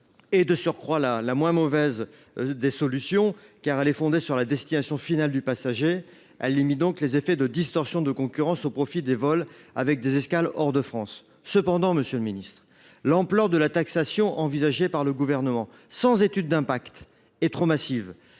est, en outre, la moins mauvaise des solutions, car elle est fondée sur la destination finale du passager ; elle limite donc les effets de distorsion de concurrence au profit des vols avec des escales hors de France. Toutefois, l’ampleur de la taxation envisagée par le Gouvernement, de surcroît sans étude d’impact, est trop massive.